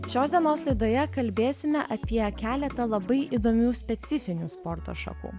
šios dienos laidoje kalbėsime apie keletą labai įdomių specifinių sporto šakų